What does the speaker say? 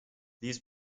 these